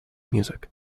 music